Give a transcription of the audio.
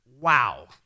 Wow